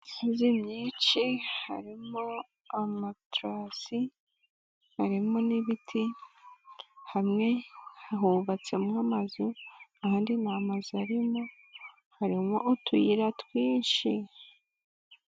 Imisozi myinshi, harimo amatarasi, harimo n'ibiti, hamwe hubatsemo amazu ahandi nta mazu arimo, harimo utuyira twinshi.